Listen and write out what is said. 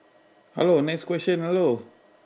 hello next question hello